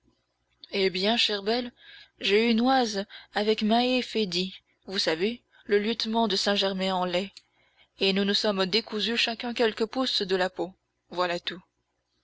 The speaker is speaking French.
eh bien chère belle j'ai eu noise avec mahé fédy vous savez le lieutenant de saint germain en laye et nous nous sommes décousu chacun quelques pouces de la peau voilà tout